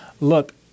look